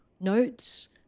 notes